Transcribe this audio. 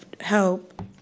help